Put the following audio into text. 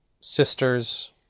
sister's